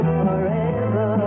forever